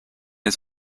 its